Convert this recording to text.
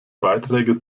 beiträge